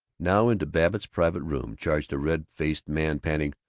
now into babbitt's private room charged a red-faced man, panting,